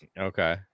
Okay